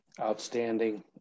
Outstanding